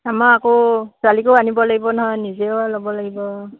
আমাৰ আকৌ ছোৱালীকো আনিব লাগিব নহয় নিজেও ল'ব লাগিব